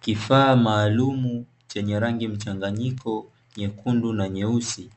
Kifaa maalumu, chenye rangi mchanganyiko nyekundu na nyeusi,